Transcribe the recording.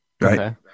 Right